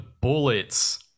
bullets